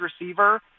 receiver